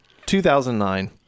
2009